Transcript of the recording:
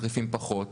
חריפים פחות.